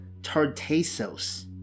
Tartessos